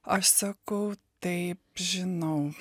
aš sakau taip žinau